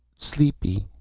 sleepy.